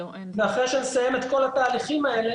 ואחרי שנסיים את כל התהליכים האלה,